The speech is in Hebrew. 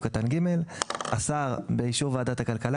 (ג) השר באישור ועדת הכלכלה,